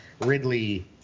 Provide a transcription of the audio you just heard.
Ridley